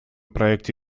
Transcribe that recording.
проекте